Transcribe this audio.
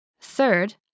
Third